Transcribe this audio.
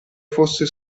fosse